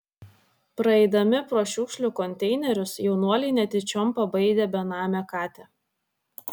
praeidami pro šiukšlių konteinerius jaunuoliai netyčiom pabaidė benamę katę